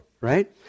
right